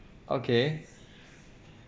okay